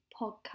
podcast